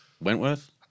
Wentworth